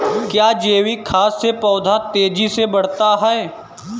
क्या जैविक खाद से पौधा तेजी से बढ़ता है?